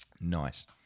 Nice